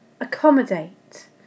accommodate